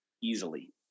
easily